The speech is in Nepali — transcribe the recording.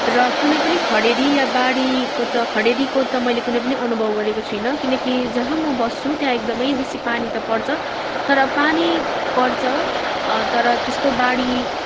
र कुनै पनि खडेरी वा बाढीको खडेरीको त मैले कुनै पनि अनुभव गरेको छुइनँ किनकि जहाँ म बस्छु त्यहाँ एकदम बेसी पानी त पर्छ तर पानी पर्छ तर त्यस्तो बाढी